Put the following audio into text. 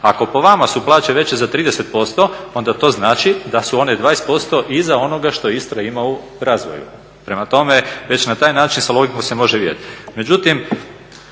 Ako po vama su plaće veće za 30% onda to znači da su one 20% iza onoga što Istra ima u razvoju. Prema tome, već na taj način sa logikom se može vidjeti.